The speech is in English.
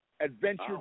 adventure